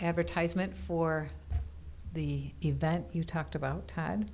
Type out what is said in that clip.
advertisement for the event you talked about